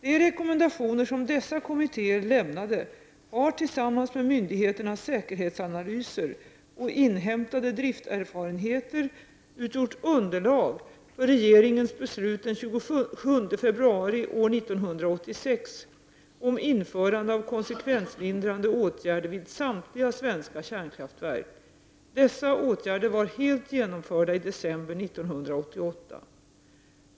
De rekommendationer som dessa kommittéer lämnade har tillsammans med myndigheternas säkerhetsanalyser och inhämtade drifterfarenheter utgjort underlag för regeringens beslut den 27 februari år 1986 om införande av konsekvenslindrande åtgärder vid samtliga svenska kärnkraftverk. Dessa åtgärder var helt genomförda i december 1988.